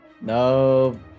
No